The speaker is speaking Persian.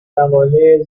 مقاله